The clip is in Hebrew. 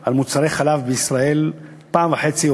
על מוצרי חלב בישראל פעם-וחצי או